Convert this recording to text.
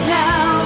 now